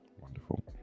Wonderful